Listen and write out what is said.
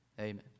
amen